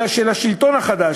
של השלטון החדש,